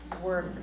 work